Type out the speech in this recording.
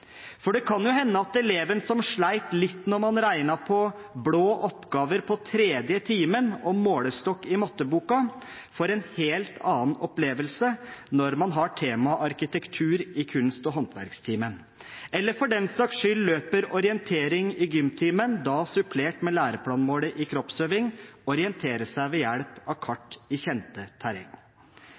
For det kan jo hende at eleven som sleit litt da man regnet på blå oppgaver på tredje timen og målestokk i matteboken, får en helt annen opplevelse når man har temaet arkitektur i kunst- og håndverkstimen, eller for den saks skyld løper orientering i gymtimen, da supplert med læreplanmålet i kroppsøving: «orientere seg ved hjelp av kart i